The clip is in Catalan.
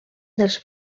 dels